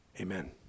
Amen